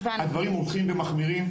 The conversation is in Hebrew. הדברים הולכים ומחמירים.